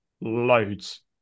loads